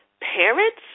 parents